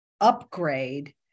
upgrade